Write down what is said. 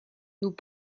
nous